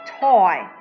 Toy